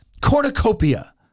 cornucopia